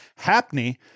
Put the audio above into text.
Hapney